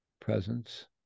presence